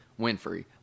Winfrey